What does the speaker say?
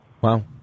Wow